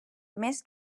més